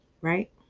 right